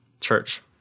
church